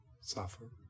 suffer